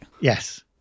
yes